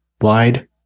wide